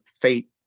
fate